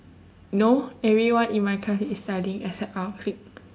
no everyone in my class is studying except our clique